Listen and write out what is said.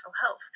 health